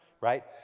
right